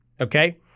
okay